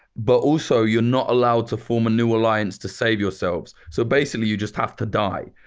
but also you're not allowed to form a new alliance to save yourselves. so basically you just have to die.